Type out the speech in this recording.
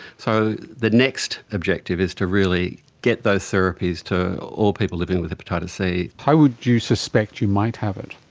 so the next objective is to really get those therapies to all people living with hepatitis c. how would you suspect you might have it?